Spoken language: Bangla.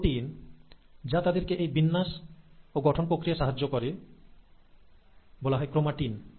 প্রোটিন যা তাদেরকে এই বিন্যাস ও গঠন প্রক্রিয়ায় সাহায্য করে তাকে বলা হয় ক্রোমাটিন